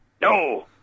No